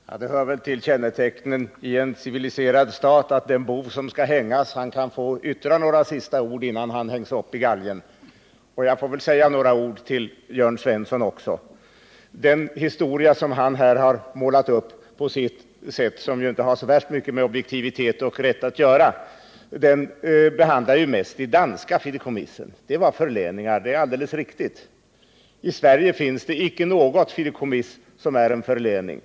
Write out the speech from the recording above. Herr talman! Det hör väl till kännetecknet på en civiliserad stat att den bov som skall hängas får yttra några sista ord, innan han hängs upp i galgen. Jag ville därför säga några ord till Jörn Svensson. Den historia som han här har målat upp på sitt sätt, som inte har så värst mycket med rätt och objektivitet att göra, behandlar mest de danska fideikommissen. De var förläningar. I Sverige finns inte något fideikommiss, som är en förläning.